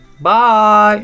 Bye